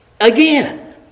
again